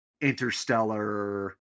interstellar